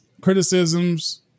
criticisms